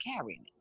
carrying